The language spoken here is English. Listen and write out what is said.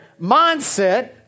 mindset